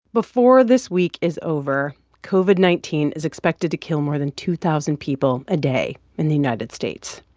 before this week is over, covid nineteen is expected to kill more than two thousand people a day in the united states.